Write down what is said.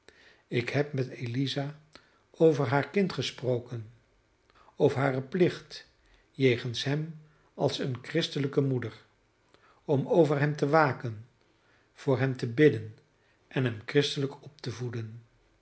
ik heb met eliza over haar kind gesproken over haren plicht jegens hem als eene christelijke moeder om over hem te waken voor hem te bidden en hem christelijk op te voeden